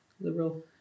Liberal